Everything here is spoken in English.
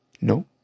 No